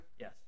Yes